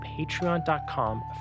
patreon.com